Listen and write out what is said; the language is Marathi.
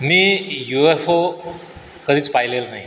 मी यु एफ ओ कधीच पाहिलेला नाही